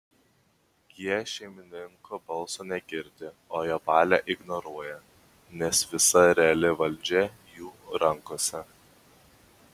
jie šeimininko balso negirdi o jo valią ignoruoja nes visa reali valdžia jų rankose